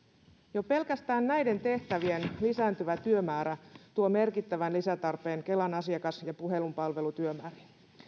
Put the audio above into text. jo pelkästään näiden tehtävien lisääntyvä työmäärä tuo merkittävän lisätarpeen kelan asiakas ja puhelinpalvelun työmääriin